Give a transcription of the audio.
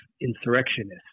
insurrectionists